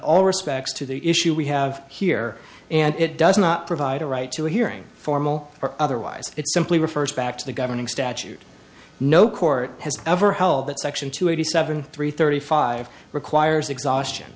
all respects to the issue we have here and it does not provide a right to a hearing formal or otherwise it simply refers back to the governing statute no court has ever held that section two eighty seven three thirty five requires exhaustion